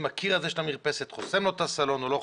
הקיר הזה של המרפסת חוסם את הסלון או לא,